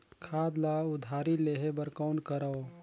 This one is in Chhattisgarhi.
खाद ल उधारी लेहे बर कौन करव?